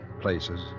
places